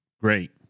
great